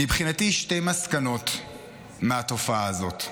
מבחינתי, שתי מסקנות מהתופעה הזאת: